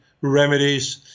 remedies